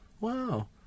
wow